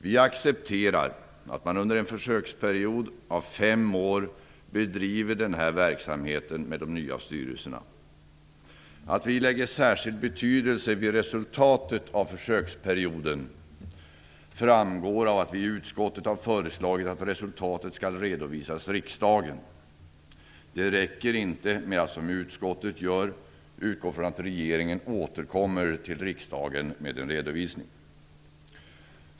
Vi accepterar att man under en försöksperiod av fem år bedriver verksamhet med de nya styrelserna. Att vi lägger särskild vikt vid resultatet av försöksperioden framgår av att vi i utskottet har föreslagit att resultatet skall redovisas för riksdagen. Det räcker inte med att, som utskottet gör, "utgå från att regeringen återkommer till riksdagen med en redovisning".